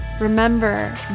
Remember